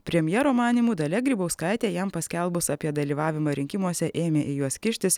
premjero manymu dalia grybauskaitė jam paskelbus apie dalyvavimą rinkimuose ėmė į juos kištis